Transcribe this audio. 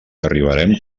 arribarem